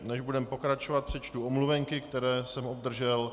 Než budeme pokračovat, přečtu omluvenky, které jsem obdržel.